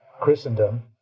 Christendom